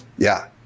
yeah,